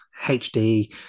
HD